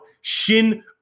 Shin